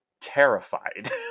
terrified